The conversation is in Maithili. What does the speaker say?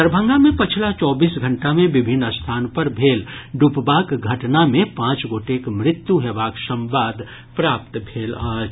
दरभंगा जिला मे पछिला चौबीस घंटा मे विभिन्न स्थान पर भेल डूबबाक घटना मे पांच गोटेक मृत्यु हेबाक संवाद प्राप्त भेल अछि